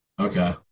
Okay